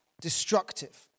destructive